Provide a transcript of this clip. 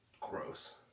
Gross